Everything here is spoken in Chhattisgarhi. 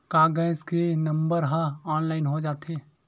का गैस के नंबर ह ऑनलाइन हो जाथे?